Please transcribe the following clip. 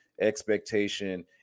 expectation